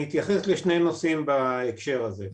אני אתייחס לשני נושאים בהקשר הזה,